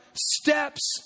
steps